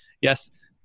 yes